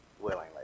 willingly